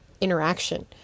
interaction